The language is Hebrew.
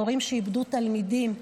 מורים שאיבדו תלמידים,